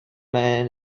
man